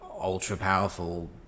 ultra-powerful